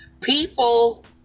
people